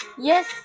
Yes